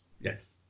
Yes